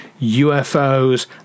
UFOs